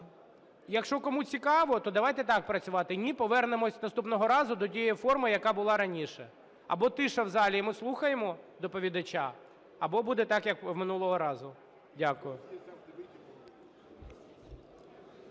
якщо кому цікаво, то давайте так працювати, ні, повернемося наступного разу до тієї форми, яка була раніше. Або тиша в залі, і ми слухаємо доповідача, або буде так, як минулого разу. Дякую.